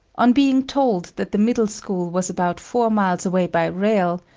on being told that the middle school was about four miles away by rail,